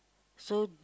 so